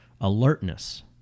alertness